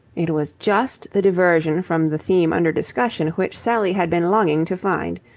it was just the diversion from the theme under discussion which sally had been longing to find.